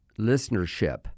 listenership